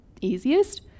easiest